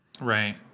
Right